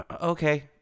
Okay